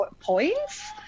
points